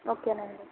ఓకేనండి